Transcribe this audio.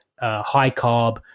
high-carb